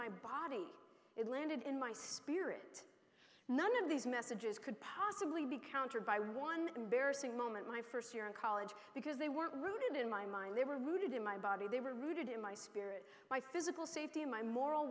my body it landed in my spirit none of these messages could possibly be countered by one embarrassing moment my first year in college because they weren't rooted in my mind they were rooted in my body they were rooted in my spirit my physical safety and my moral